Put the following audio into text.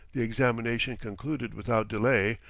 the examination concluded without delay,